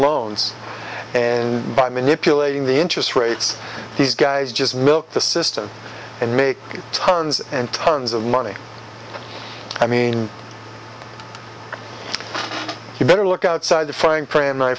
loans and by manipulating the interest rates these guys just milk the system and make tons and tons of money i mean you better look outside the frying p